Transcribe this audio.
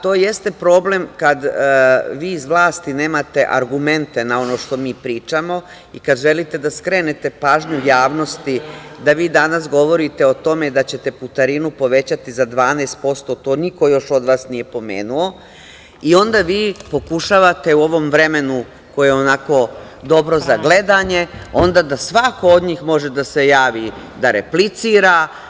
To jeste problem kada vi iz vlasti nemate argumente na ono što mi pričamo i kada želite da skrenete pažnju javnosti da vi danas govorite o tome da ćete putarinu povećati za 12%, to niko još od vas nije pomenuo i onda vi pokušavate u ovom vremenu, koje je onako dobro za gledanje, da svako od njih može da se javi da replicira.